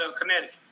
Connecticut